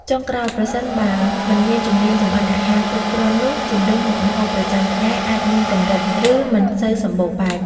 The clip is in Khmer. ចុងក្រោយ ប្រសិនបើមិនមានជំនាញចម្អិនអាហារគ្រប់គ្រាន់នោះ ជម្រើសមុខម្ហូបប្រចាំថ្ងៃអាចមានកម្រិត ឬមិនសូវសម្បូរបែប។